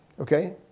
Okay